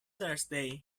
thursday